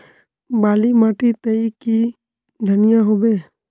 बाली माटी तई की धनिया होबे?